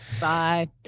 Bye